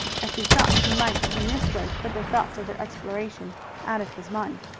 as he thought he might in this way put the thoughts of their exploration out of his mind.